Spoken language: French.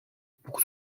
pour